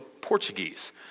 Portuguese